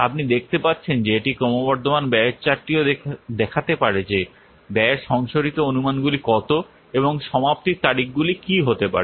আপনি দেখতে পাচ্ছেন যে এটি ক্রমবর্ধমান ব্যয়ের চার্টটিও দেখাতে পারে যে ব্যয়ের সংশোধিত অনুমানগুলি কত এবং সমাপ্তির তারিখগুলি কি হতে পারে